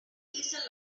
these